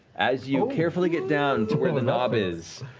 as you carefully get down to where the knob is,